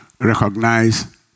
recognize